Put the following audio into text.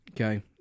Okay